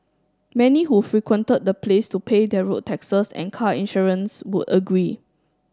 many who frequented the place to pay their road taxes and car insurance would agree